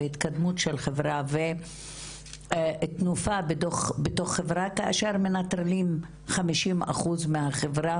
התקדמותה ותנופה בתוך חברה כאשר מנטרלים חמישים אחוז מהחברה